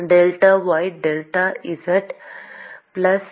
delta Y delta Z plus